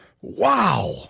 wow